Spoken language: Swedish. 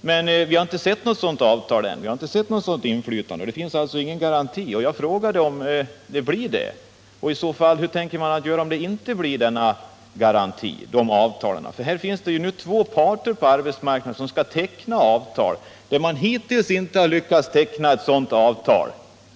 Men vi har inte sett något sådant avtal eller något sådant inflytande ännu. Det finns alltså ingen garanti! Jag frågade dels om det kommer att bli någon garanti, dels hur man tänker göra om det inte blir någon garanti i avtal. Det finns ju två parter på arbetsmarknaden som skall teckna avtal, men hittills har man inte lyckats teckna ett sådant avtal.